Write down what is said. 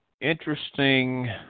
interesting